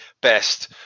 best